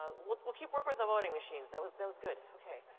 ah we'll we'll keep working with the voting machines. that was that was good, okay.